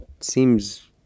seems